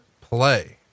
play